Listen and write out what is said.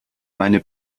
meine